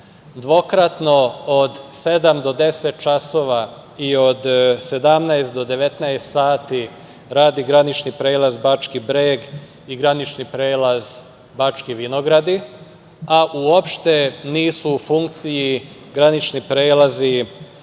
dvokratno od 07.00 do 10.00 časova, i od 17.00 do 19.00 časova radi granični prelaz Bački Breg i granični prelaz Bački Vinogradi, a uopšte nisu u funkciji granični prelazi